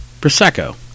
Prosecco